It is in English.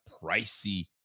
pricey